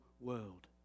world